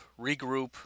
regroup